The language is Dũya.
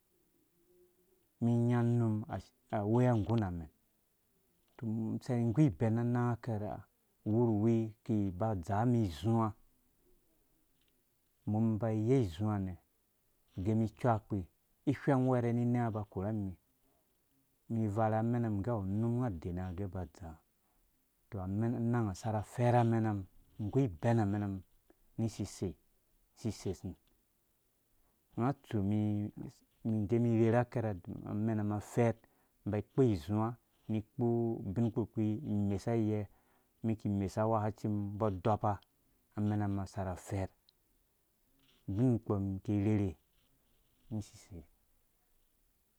Umum inya unum awea nggu na mɛn tɔ umum isari igu ibɛn na anang akɛrɛ. ha uwurwi ki iba adzaa mi izuwa umum iba iyei izuwa nɛ gɛ mi icivakpɛ ihwɛng uwɛrɛ ninɛ. unga aba akora rimi umum ivare ra amenam gɛ awu unum unga adene unga gɛ ba adzaa tɔ amɛn ananga sar afɛɛr amɛnam igu ibɛn amɛnam ni sisei sisesum unga atsu mi mi nggɛ umum irherha akɛrɛ amenama adɛɛr iba ikpɔ izuwa ni ikpo ubin kpurkpi imesayɛ umum ki imesawe awakacim umbɔ adɔpa amɛnama sara afɛɛr unbi kpɔ ki irherhe ni sisei